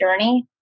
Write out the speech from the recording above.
journey